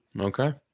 Okay